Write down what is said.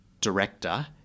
director